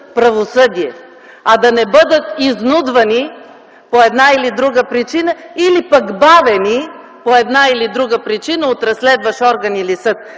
правосъдие, а да не бъдат изнудвани по една или друга причина, или пък бавени по една или друга причина от разследващ орган или съд.